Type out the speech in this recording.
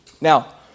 Now